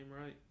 right